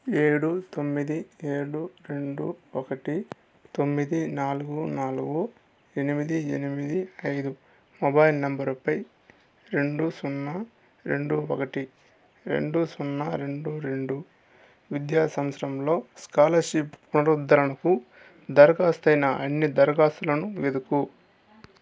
ఏడు తొమ్మిది ఏడు రెండు ఒకటి తొమ్మిది నాలుగు నాలుగు ఎనిమిది ఎనిమిది ఐదు మొబైల్ నెంబర్పై రెండు సున్నా రెండు ఒకటి రెండు సున్నా రెండు రెండు విద్యా సంవత్సరంలో స్కాలర్షిప్ పునరుద్ధరణకు దరఖాస్తు అయిన అన్ని దరఖాస్తులను వెతుకు